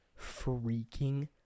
freaking